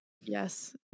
Yes